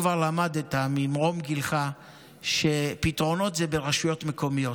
ממרום גילך אתה כבר למדת שפתרונות זה ברשויות מקומיות.